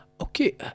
okay